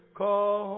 call